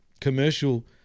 commercial